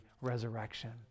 resurrection